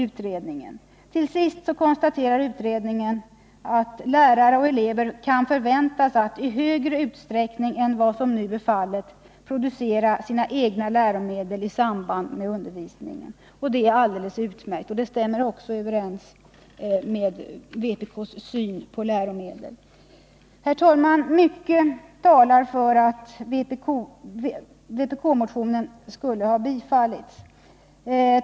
Utredningen konstaterar vidare att lärare och elever kan förväntas att, i större utsträckning än vad som nu är fallet, producera sina egna läromedel i samband med undervisningen. Det är alldeles utmärkt och överensstämmer med vpk:s syn på läromedel. Herr talman! Mycket talar för att vpk-motionen bör bifallas.